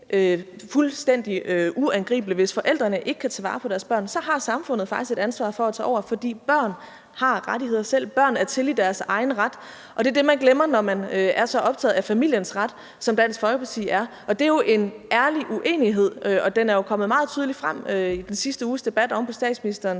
fuldstændig uangribeligt. Hvis forældrene ikke kan tage vare på deres børn, har samfundet faktisk et ansvar for at tage over, fordi børn selv har rettigheder, børn er til i deres egen ret. Og det er det, man glemmer, når man er så optaget af familiens ret, som Dansk Folkeparti er. Det er jo en ærlig uenighed, og den er jo kommet meget tydeligt frem i den sidste uges debat oven på statsministerens